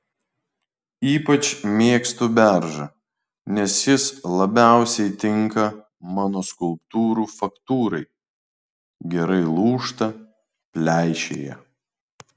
ypač mėgstu beržą nes jis labiausiai tinka mano skulptūrų faktūrai gerai lūžta pleišėja